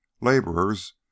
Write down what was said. laborers